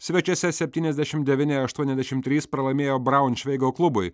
svečiuose septyniasdešim devyni aštuoniasdešim trys pralaimėjo braunšveigo klubui